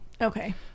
okay